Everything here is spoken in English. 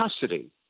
custody